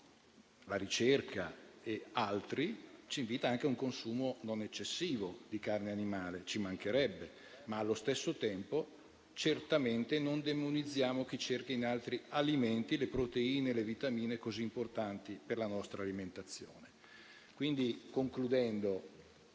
(la ricerca ed altri) ci invita a un consumo non eccessivo di carne animale, ci mancherebbe. Ma, allo stesso tempo, certamente non demonizziamo chi cerca in altri alimenti le proteine e le vitamine così importanti per la nostra alimentazione.